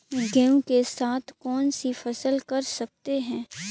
गेहूँ के साथ कौनसी फसल कर सकते हैं?